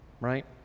right